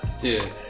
Dude